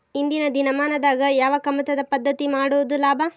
ಇಂದಿನ ದಿನಮಾನದಾಗ ಯಾವ ಕಮತದ ಪದ್ಧತಿ ಮಾಡುದ ಲಾಭ?